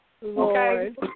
Lord